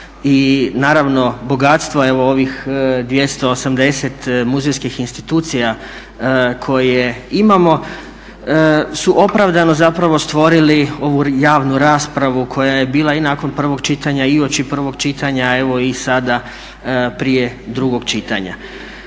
i naravno bogatstva ovih 280 muzejskih institucija koje imamo su opravdano stvorili ovu javnu raspravu koja je bila i nakon prvog čitanja i uoči prvog čitanja, evo i sada prije drugog čitanja.